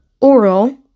oral